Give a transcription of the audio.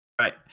Right